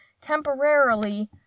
temporarily